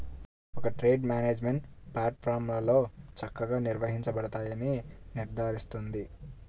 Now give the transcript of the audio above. ఒక trade management ప్లాట్ఫారమ్లో చక్కగా నిర్వహించబడతాయని నిర్ధారిస్తుంది